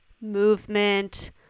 movement